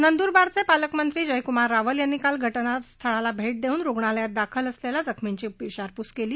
नंदुरबारचे पालकमंत्री जयकुमार रावल यांनी काल रात्री घटनास्थळाला भेट देऊन रुग्णालयात दाखल असलेल्या जखमींची विचारपूस केली